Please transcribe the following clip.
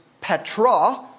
petra